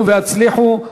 עלו והצליחו.